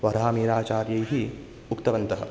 वराहमिहिराचार्यैः उक्तवन्तः